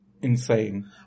insane